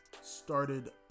started